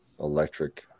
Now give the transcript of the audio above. electric